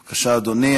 בבקשה, אדוני.